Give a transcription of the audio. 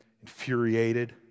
infuriated